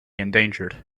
endangered